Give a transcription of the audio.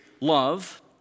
Love